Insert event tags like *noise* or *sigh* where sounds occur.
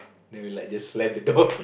then we like *laughs* just slam the door